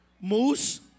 Moose